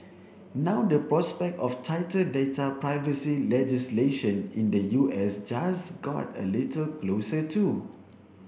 now the prospect of tighter data privacy legislation in the U S just got a little closer too